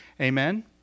Amen